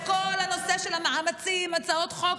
תוכנית מסלול בטוח,